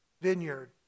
vineyard